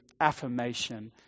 affirmation